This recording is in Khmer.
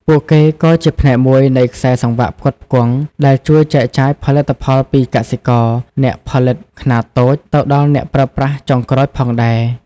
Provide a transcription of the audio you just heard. ពួកគេក៏ជាផ្នែកមួយនៃខ្សែសង្វាក់ផ្គត់ផ្គង់ ដែលជួយចែកចាយផលិតផលពីកសិករ អ្នកផលិតខ្នាតតូច ទៅដល់អ្នកប្រើប្រាស់ចុងក្រោយផងដែរ ។